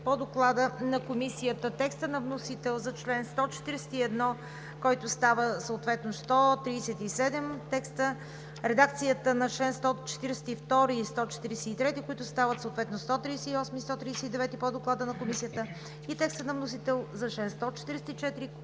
по Доклада на Комисията; текста на вносител за чл. 141, който става съответно чл. 137; редакцията на членове 142 и 143, които стават съответно членове 138 и 139 по Доклада на Комисията; и текста на вносител за чл.